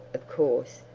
of course,